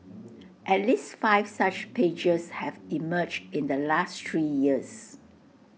at least five such pages have emerged in the last three years